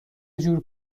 جور